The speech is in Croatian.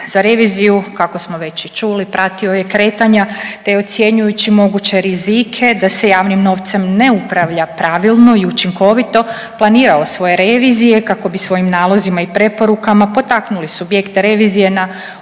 za reviziju kako smo već i čuli pratio je kretanja te ocjenjujući moguće rizike da se javnim novcem ne upravlja pravilno i učinkovito planirao svoje revizije kako bi svojim nalozima i preporukama potaknuli subjekte revizije na unapređenje